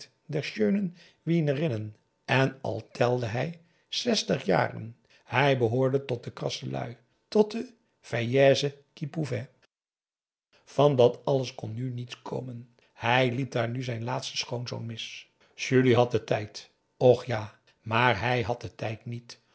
der schönen wienerinnen en al telde hij zestig jaren hij behoorde tot de krasse lui tot de vieillesse qui pouvait van dat alles kon nu niets komen hij liep daar nu zijn laatsten schoonzoon mis julie had den tijd och ja maar hij had den tijd niet